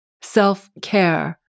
self-care